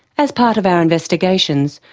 as part of our investigations,